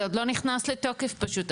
זה עוד לא נכנס לתוקף פשוט,